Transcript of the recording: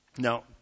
Now